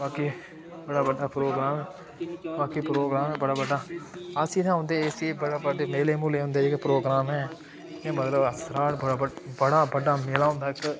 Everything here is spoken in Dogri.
बाकी बड़ा बड्डा प्रोग्राम बाकी प्रोग्राम ऐ बड़ा बड्डा अस इत्थै औंदे इस लेई बड़े बड्डे मेले मूले होंदे जेह्के प्रोग्राम हैं एह् मतलब सराह्ड़ बड़ा बड्डा मेला होंदा इक